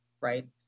right